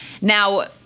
now